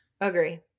Agree